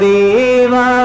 Deva